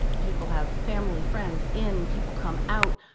people have family, friends in, people come out,